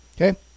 Okay